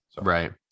Right